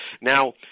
now